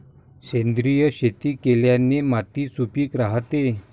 सेंद्रिय शेती केल्याने माती सुपीक राहते